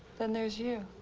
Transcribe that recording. then there's you.